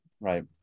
right